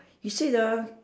he say the